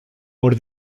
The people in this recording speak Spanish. por